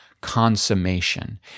consummation